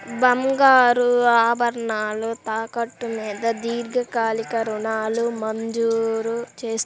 బంగారు ఆభరణాలు తాకట్టు మీద దీర్ఘకాలిక ఋణాలు మంజూరు చేస్తారా?